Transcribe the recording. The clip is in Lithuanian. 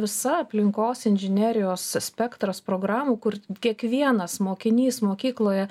visa aplinkos inžinerijos spektras programų kur kiekvienas mokinys mokykloje